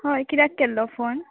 हय किद्याक केल्लो फोन